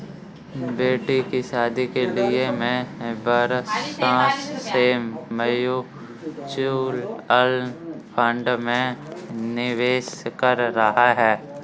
बेटी की शादी के लिए मैं बरसों से म्यूचुअल फंड में निवेश कर रहा हूं